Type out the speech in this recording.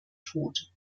tod